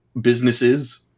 businesses